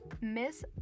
Miss